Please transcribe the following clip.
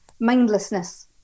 mindlessness